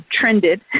trended